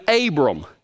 Abram